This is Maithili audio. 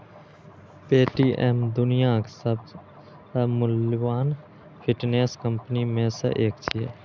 पे.टी.एम दुनियाक सबसं मूल्यवान फिनटेक कंपनी मे सं एक छियै